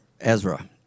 Ezra